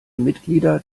mitglieder